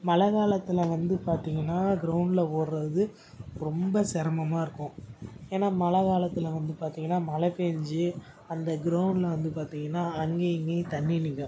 மழை காலத்தில் வந்து பார்த்தீங்கன்னா க்ரௌண்டில் ஓடுறது ரொம்ப சிரமமா இருக்கும் ஏன்னால் மழை காலத்தில் வந்து பார்த்தீங்கன்னா மழை பேஞ்சு அந்த க்ரௌண்டில் வந்து பார்த்தீங்கன்னா அங்கேயும் இங்கேயும் தண்ணி நிற்கும்